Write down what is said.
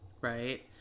right